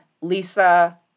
Lisa